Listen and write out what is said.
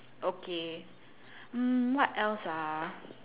okay mm what else ah